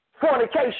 fornication